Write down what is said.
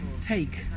take